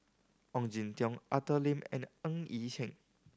Ong Jin Teong Arthur Lim and Ng Yi Sheng